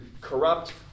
corrupt